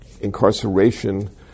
incarceration